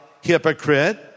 hypocrite